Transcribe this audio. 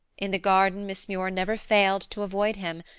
in the garden miss muir never failed to avoid him,